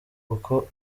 kuko